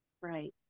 Right